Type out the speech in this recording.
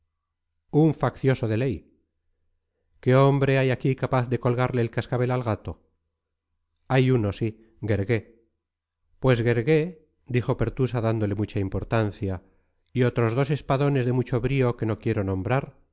un faccioso de ley qué hombre hay aquí capaz de colgarle el cascabel al gato hay uno sí guergué pues guergué dijo pertusa dándole mucha importancia y otros dos espadones de mucho brío que no quiero nombrar